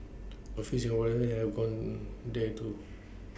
A few Singaporeans have gone there too